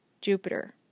Jupiter